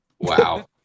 Wow